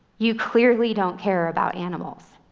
you clearly don't care about animals.